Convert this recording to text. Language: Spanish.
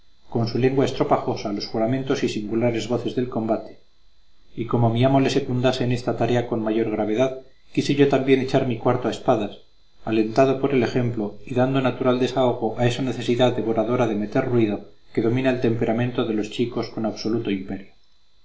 con su lengua estropajosa los juramentos y singulares voces del combate y como mi amo le secundase en esta tarea con la mayor gravedad quise yo también echar mi cuarto a espadas alentado por el ejemplo y dando natural desahogo a esa necesidad devoradora de meter ruido que domina el temperamento de los chicos con absoluto imperio